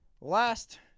last